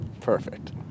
Perfect